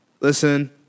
listen